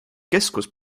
keskus